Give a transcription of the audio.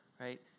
right